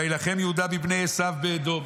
וילחם יהודה בבני עשיו באדום"